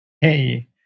Hey